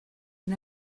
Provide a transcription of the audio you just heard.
you